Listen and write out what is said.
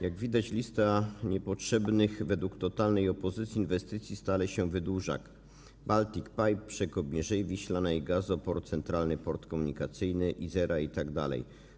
Jak widać, lista niepotrzebnych, według totalnej opozycji, inwestycji stale się wydłuża - Baltic Pipe, przekop Mierzei Wiślanej, gazoport, Centralny Port Komunikacyjny, Izera itd.